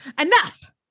Enough